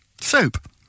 soup